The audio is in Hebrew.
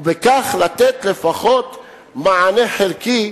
ובכך יינתן לפחות מענה חלקי